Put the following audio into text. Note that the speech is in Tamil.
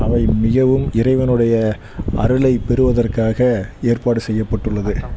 அவை மிகவும் இறைவனுடைய அருளை பெறுவதற்காக ஏற்பாடு செய்யப்பட்டுள்ளது